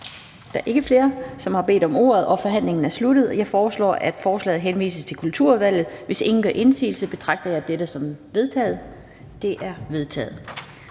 Da der ikke er flere, som har bedt om ordet, er forhandlingen sluttet. Jeg foreslår, at forslaget henvises til Kulturudvalget. Hvis ingen gør indsigelse, betragter jeg dette som vedtaget. Det er vedtaget.